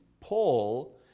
Paul